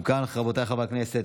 אם כך, רבותיי חברי הכנסת,